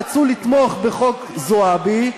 רצו לתמוך בחוק זועבי,